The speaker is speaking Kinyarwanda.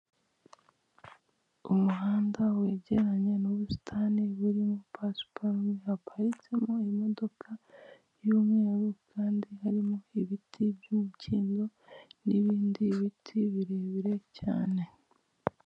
Umuhanda wegeranye n'ubusitani burimo pasiparume, haparitsemo imodoka y'umweru kandi harimo ibiti by'umukindo, n'ibindi biti birebire cyane.